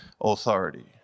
authority